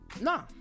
No